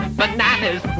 bananas